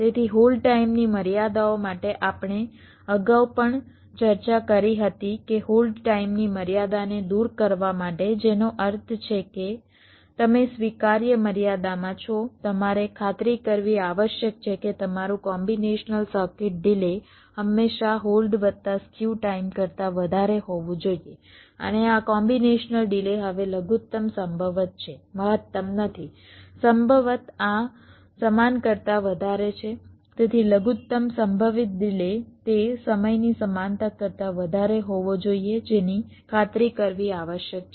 તેથી હોલ્ડ ટાઇમની મર્યાદાઓ માટે આપણે અગાઉ પણ ચર્ચા કરી હતી કે હોલ્ડ ટાઇમની મર્યાદાને દૂર કરવા માટે જેનો અર્થ છે કે તમે સ્વીકાર્ય મર્યાદામાં છો તમારે ખાતરી કરવી આવશ્યક છે કે તમારું કોમ્બિનેશનલ સર્કિટ ડિલે હંમેશા હોલ્ડ વત્તા સ્ક્યુ ટાઇમ કરતા વધારે હોવું જોઈએ અને આ કોમ્બિનેશનલ ડિલે હવે લઘુત્તમ સંભવત છે મહત્તમ નથી સંભવત આ સમાન કરતાં વધારે છે તેથી લઘુત્તમ સંભવિત ડિલે તે સમયની સમાનતા કરતા વધારે હોવો જોઈએ જેની ખાતરી કરવી આવશ્યક છે